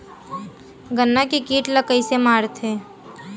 गन्ना के कीट ला कइसे मारथे?